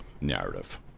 narrative